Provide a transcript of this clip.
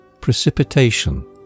Precipitation